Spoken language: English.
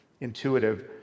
intuitive